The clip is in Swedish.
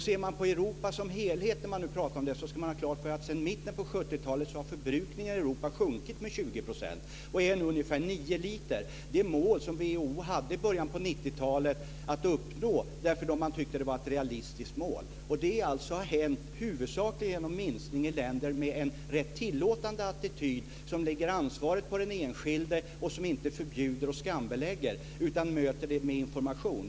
Ser man på Europa som helhet ska man ha klart för sig att förbrukningen har sjunkit med 20 % sedan mitten på 70-talet och nu är ungefär 9 liter - det mål som WHO ville uppnå i början på 90-talet därför att man tyckte att det var ett realistiskt mål. Minskningen har huvudsakligen skett i länder med en rätt tillåtande attityd som lägger ansvaret på den enskilde och som inte förbjuder och skambelägger utan möter med information.